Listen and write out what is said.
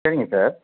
சரிங்க சார்